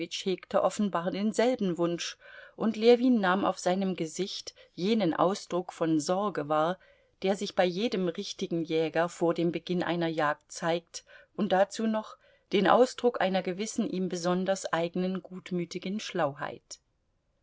hegte offenbar denselben wunsch und ljewin nahm auf seinem gesicht jenen ausdruck von sorge wahr der sich bei jedem richtigen jäger vor dem beginn einer jagd zeigt und dazu noch den ausdruck einer gewissen ihm besonders eigenen gutmütigen